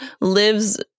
lives